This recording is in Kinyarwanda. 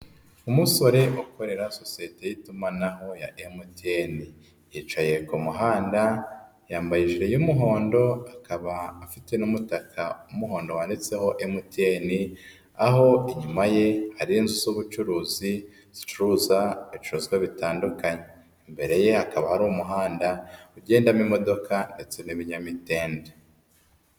Umusore ukorera sosiyete y'itumanaho ya MTN, yicaye ku muhanda yambaye ijire y'umuhondo akaba afite n'umutaka w'umuhondo wanditseho MTN, aho inyuma ye hari inzu z'ubucuruzi zicuruza ibicuruzwa bitandukanye. Imbere ye hakaba ari umuhanda ugendamo imodoka ndetse n'ibinyamitende.